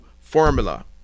formula